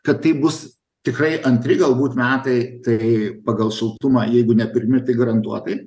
kad tai bus tikrai antri galbūt metai tai pagal šiltumą jeigu ne pirmi tai garantuotai